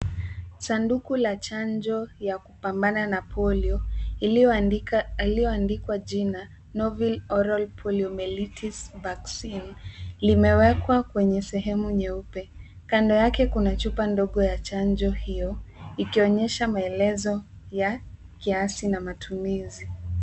Sanduku la chanjo ya kupambana na polio iliyoandikwa jina novel oral poliomyelitis vaccine limewekwa kwenye sehemu nyeupe. Kando yake kuna chupa ndogo ya chanjo hiyo ikionyesha maelezo ya kiasi na matumizi.